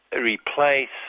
replace